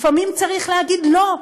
לפעמים צריך להגיד: לא,